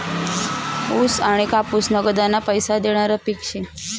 ऊस आनी कापूस नगदना पैसा देनारं पिक शे